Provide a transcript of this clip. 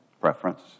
preference